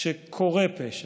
כשקורה פשע.